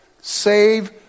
Save